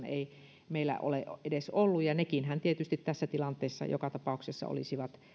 ei meillä juurikaan edes ole ollut ja nekinhän tietysti tässä tilanteessa joka tapauksessa olisivat